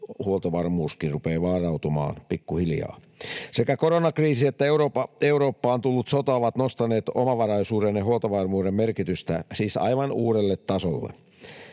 huoltovarmuuskin rupeaa vaarantumaan pikkuhiljaa. Sekä koronakriisi että Eurooppaan tullut sota ovat nostaneet omavaraisuuden ja huoltovarmuuden merkitystä aivan uudelle tasolle.